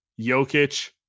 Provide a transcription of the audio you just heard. Jokic